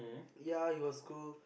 ya he was cool